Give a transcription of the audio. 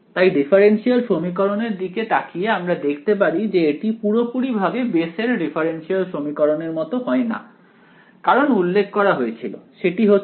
তাই ডিফারেনশিয়াল সমীকরণ এর দিকে তাকিয়ে আমরা দেখতে পারি যে এটি পুরোপুরি ভাবে বেসেল ডিফারেনশিয়াল সমীকরণ এর মত হয়না কারণ উল্লেখ করা হয়েছিল সেটি হচ্ছে